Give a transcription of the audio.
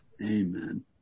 Amen